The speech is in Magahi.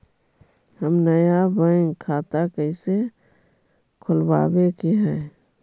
हम नया बैंक खाता कैसे खोलबाबे के है?